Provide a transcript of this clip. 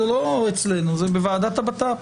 זה לא אצלנו, זה בוועדת הבט"פ.